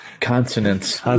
consonants